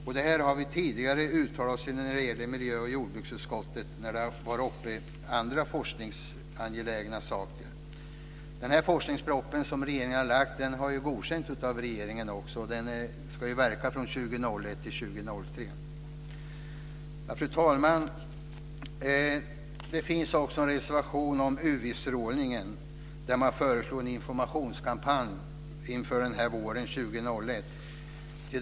Vi har tidigare i andra forskningsangelägna frågor uttalat oss om detta i miljö och jordbruksutskottet. Den forskningsproposition som regeringen har lagt fram har godkänts av riksdagen. Den ska verka under tiden 2001-2003. Fru talman! Det finns också en reservation om UV-strålningen. Man föreslår en informationskampanj inför våren 2001.